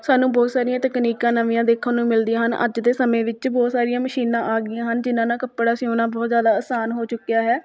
ਸਾਨੂੰ ਬਹੁਤ ਸਾਰੀਆਂ ਤਕਨੀਕਾਂ ਨਵੀਆਂ ਦੇਖਣ ਨੂੰ ਮਿਲਦੀਆਂ ਹਨ ਅੱਜ ਦੇ ਸਮੇਂ ਵਿੱਚ ਬਹੁਤ ਸਾਰੀਆਂ ਮਸ਼ੀਨਾਂ ਆ ਗਈਆਂ ਹਨ ਜਿਹਨਾਂ ਨਾਲ ਕੱਪੜਾ ਸਿਉਣਾ ਬਹੁਤ ਜ਼ਿਆਦਾ ਆਸਾਨ ਹੋ ਚੁੱਕਿਆ ਹੈ